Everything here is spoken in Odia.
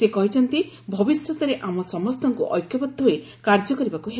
ସେ କହିଛନ୍ତି ଭବିଷ୍ୟତରେ ଆମ ସମସ୍ତଙ୍କୁ ଐକ୍ୟବଦ୍ଧ ହୋଇ କାର୍ଯ୍ୟ କରିବାକୁ ହେବ